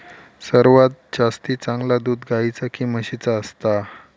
सर्वात जास्ती चांगला दूध गाईचा की म्हशीचा असता?